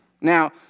Now